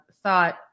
thought